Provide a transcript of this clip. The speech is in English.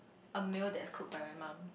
a meal that is cook by my mum